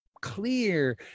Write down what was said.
clear